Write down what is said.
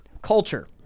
Culture